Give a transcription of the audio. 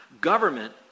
government